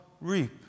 reap